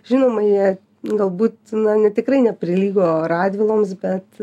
žinoma jie galbūt nu tikrai neprilygo radviloms bet